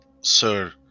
sir